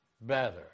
better